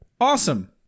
awesome